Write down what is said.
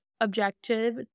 objective